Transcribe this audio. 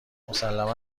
مسلما